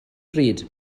pryd